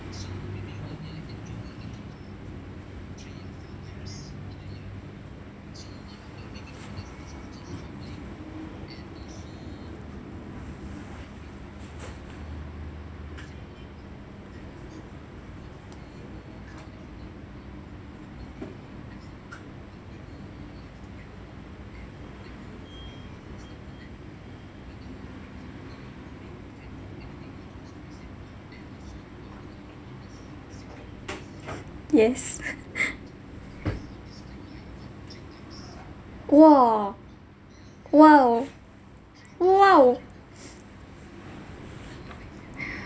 yes !wah! !wow! !wow!